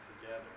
together